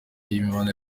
n’imibanire